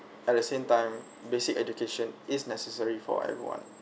at the same time basic education is necessary for everyone